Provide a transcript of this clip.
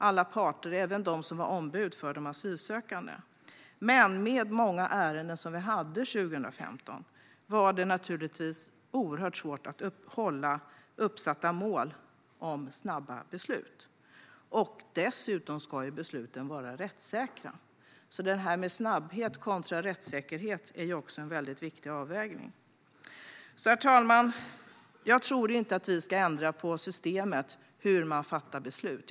Det var även alla parter och ombud för de asylsökande. Men med de många ärenden som fanns 2015 var det naturligtvis oerhört svårt att nå de uppsatta målen om snabba beslut. Dessutom ska besluten vara rättssäkra, så det här med snabbhet kontra rättssäkerhet är också en viktig avvägning. Herr talman! Jag tror inte att vi ska ändra på systemet för hur man fattar beslut.